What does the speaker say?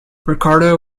ricardo